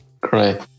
Great